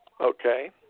okay